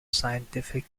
scientific